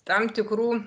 tam tikrų